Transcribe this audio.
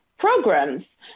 programs